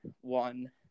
one